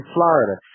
Florida